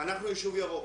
אנחנו יישוב ירוק.